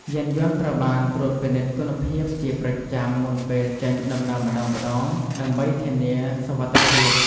យានយន្តត្រូវបានត្រួតពិនិត្យគុណភាពជាប្រចាំមុនពេលចេញដំណើរម្តងៗដើម្បីធានាសុវត្ថិភាព។